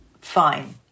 fine